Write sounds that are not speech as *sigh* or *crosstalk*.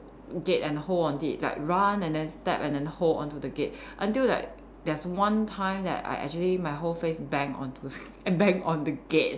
gate and hold on it like run and then step and then hold onto the gate until like there's one time that I actually my whole face bang onto *laughs* bang on the gate